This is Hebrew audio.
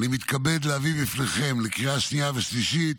אני מתכבד להביא בפניכם לקריאה שנייה ושלישית